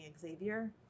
Xavier